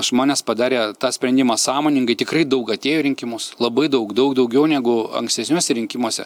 žmonės padarė tą sprendimą sąmoningai tikrai daug atėjo į rinkimus labai daug daug daugiau negu ankstesniuose rinkimuose